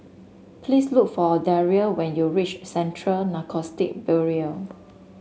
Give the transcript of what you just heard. please look for Daria when you reach Central Narcotics Bureau